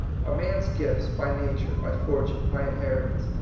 a man's gifts, by nature, by fortune, by inheritance,